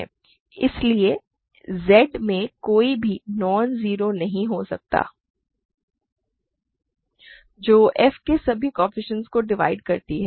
इसलिए Z में कोई भी नॉन जीरो नहीं हो सकती है जो f के सभी कोएफ़िशिएंट्स को डिवाइड करती है